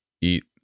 eat